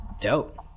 Dope